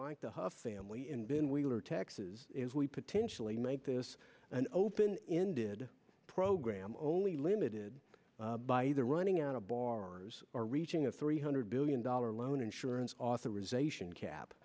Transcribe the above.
like the family in been wheeler taxes potentially make this an open ended program only limited by the running out of bars or reaching a three hundred billion dollar loan insurance authorization cap